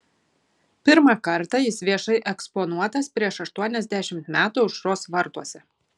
pirmą kartą jis viešai eksponuotas prieš aštuoniasdešimt metų aušros vartuose